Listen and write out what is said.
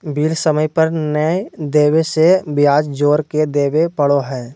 bill समय पर नयय देबे से ब्याज जोर के देबे पड़ो हइ